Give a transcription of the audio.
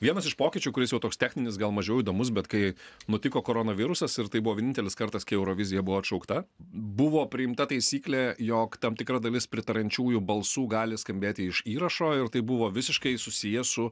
vienas iš pokyčių kuris jau toks techninis gal mažiau įdomus bet kai nutiko koronavirusas ir tai buvo vienintelis kartas kai eurovizija buvo atšaukta buvo priimta taisyklė jog tam tikra dalis pritariančiųjų balsų gali skambėti iš įrašo ir tai buvo visiškai susiję su